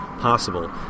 possible